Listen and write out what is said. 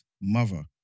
mother